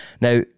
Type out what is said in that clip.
now